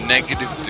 Negative